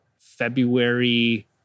February